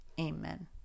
amen